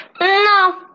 No